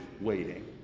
waiting